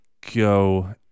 go